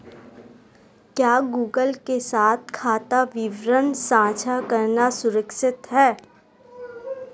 क्या गूगल के साथ खाता विवरण साझा करना सुरक्षित है?